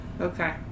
Okay